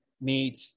meet